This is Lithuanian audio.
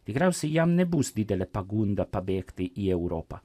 tikriausiai jam nebus didelė pagunda pabėgti į europą